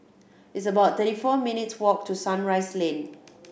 it's about thirty four minutes' walk to Sunrise Lane